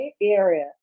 area